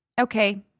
Okay